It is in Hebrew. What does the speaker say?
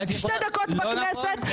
שתי דקות בכנסת --- לא נכון.